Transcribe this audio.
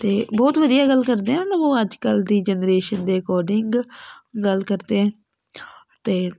ਅਤੇ ਬਹੁਤ ਵਧੀਆ ਗੱਲ ਕਰਦੇ ਹਨ ਉਹ ਅੱਜ ਕੱਲ੍ਹ ਦੀ ਜਨਰੇਸ਼ਨ ਦੇ ਅਕੋਰਡਿੰਗ ਗੱਲ ਕਰਦੇ ਹੈ ਅਤੇ